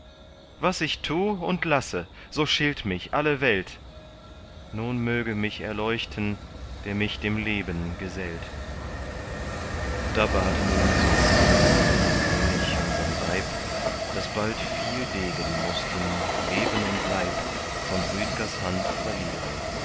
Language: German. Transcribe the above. was ich tu und lasse so schilt mich alle welt nun möge mich erleuchten der mich dem leben gesellt da baten ihn so dringend der könig und sein weib daß bald viel degen mußten leben und leib von rüdgers hand verlieren